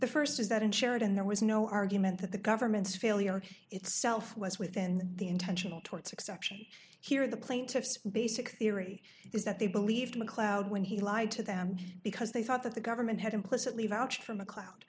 the first is that in sheridan there was no argument that the government's failure itself was within the intentional torts exception here the plaintiff's basic theory is that they believed macleod when he lied to them because they thought that the government had implicitly vouched for macleod